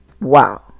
Wow